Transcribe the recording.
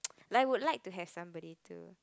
like I would like to have somebody to